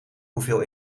hoeveel